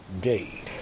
day